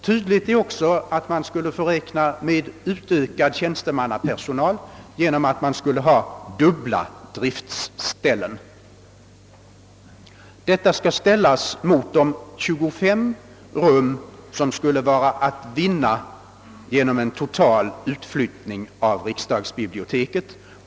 Tydligt är också att man skulle få räkna med utökad tjänstemannapersonal genom att det skulle bli dubbla driftställen. Detta skall ställas mot de 25 rum som skulle vara att vinna genom en total utflyttning av riksdagsbiblioteket.